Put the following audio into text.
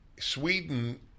Sweden